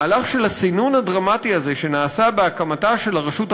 המהלך של הסינון הדרמטי הזה שנעשה בהקמתה של הרשות החדשה,